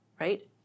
right